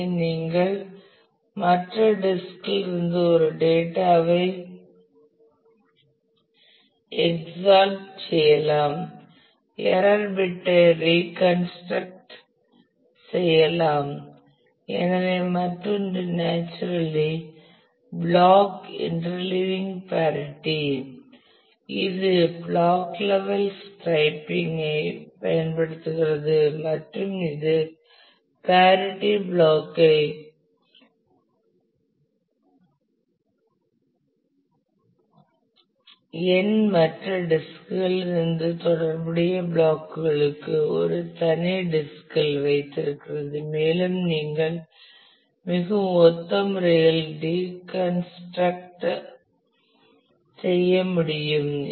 எனவே மற்றொன்று naturally block interleaving parity இது பிளாக் லெவல் ஸ்ட்ரைப்பிங்கைப் ஐ பயன்படுத்துகிறது மற்றும் இது பேரிட்டி பிளாக் ஐ n மற்ற டிஸ்க் களிலிருந்து தொடர்புடைய பிளாக் களுக்கு ஒரு தனி டிஸ்கில் வைத்திருக்கிறது மேலும் நீங்கள் மிகவும் ஒத்த முறையில் ரிகன்ஸ்டிரக்ட் செய்ய முடியும்